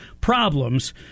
problems